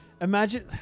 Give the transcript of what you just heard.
imagine